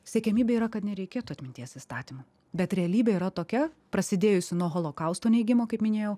siekiamybė yra kad nereikėtų atminties įstatymo bet realybė yra tokia prasidėjusi nuo holokausto neigimo kaip minėjau